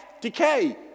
decay